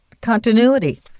Continuity